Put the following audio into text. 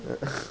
ah